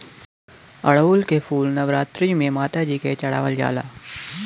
अढ़ऊल क फूल नवरात्री में माता जी के चढ़ावल जाला